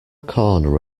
corner